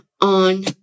on